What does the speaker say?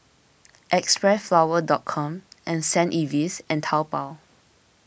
Xpressflower dot com and St Ives and Taobao